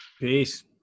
Peace